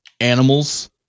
Animals